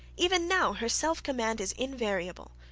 even now her self-command is invariable.